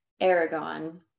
Aragon